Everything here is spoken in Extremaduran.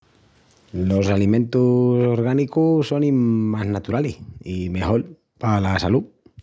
Los alimentus orgánicus sonin más naturalis i mejol pala salú.